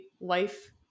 life